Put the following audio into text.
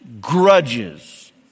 grudges